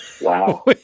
Wow